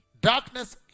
Darkness